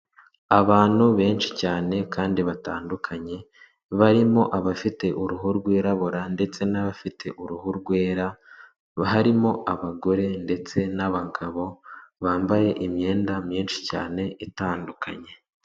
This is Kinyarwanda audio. Abantu benshi cyane kandi batandukanye barimo abafite uruhu rwirabura ndetse n'abafite uruhu rwera , harimo abagore ndetse n'abagabo bambaye imyenda myinshi cyane itandukanye.